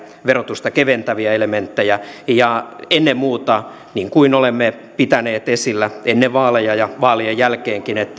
verotusta keventäviä elementtejä ja ennen muuta niin kuin olemme pitäneet esillä ennen vaaleja ja vaalien jälkeenkin